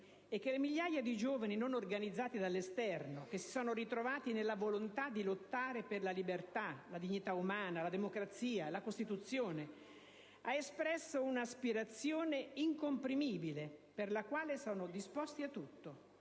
è che le migliaia di giovani non organizzati dall'esterno che si sono ritrovati nella volontà di lottare per la libertà, la dignità umana, la democrazia e la Costituzione hanno espresso un'aspirazione incomprimibile per la quale sono disposti a tutto.